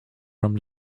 from